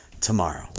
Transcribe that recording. tomorrow